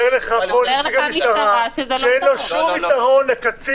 אומר לך פה נציג המשטרה שאין שום יתרון לקצין